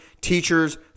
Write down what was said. teachers